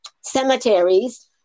cemeteries